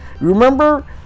remember